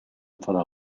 enfada